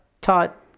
taught